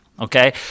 Okay